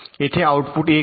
येथे आऊटपुट 1 आहे